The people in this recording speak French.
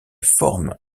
forme